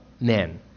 men